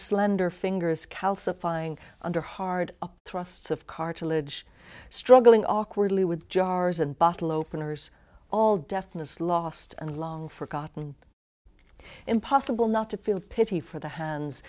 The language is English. slender fingers calcifying under hard thrusts of cartilage struggling awkwardly with jars and bottle openers all deftness lost and long forgotten impossible not to feel pity for the hands